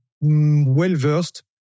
well-versed